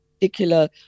particular